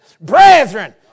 Brethren